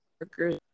workers